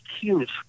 huge